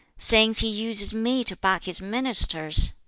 since he uses me to back his ministers,